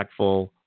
impactful